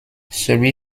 celui